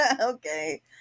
Okay